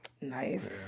Nice